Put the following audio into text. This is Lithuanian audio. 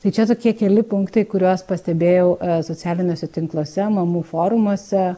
tai čia tokie keli punktai kuriuos pastebėjau socialiniuose tinkluose mamų forumuose